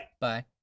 Bye